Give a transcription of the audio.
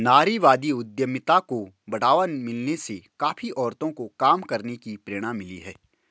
नारीवादी उद्यमिता को बढ़ावा मिलने से काफी औरतों को काम करने की प्रेरणा मिली है